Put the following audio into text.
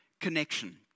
connection